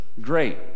great